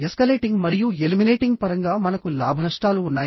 escalating మరియు eliminating పరంగా మనకు లాభనష్టాలు ఉన్నాయి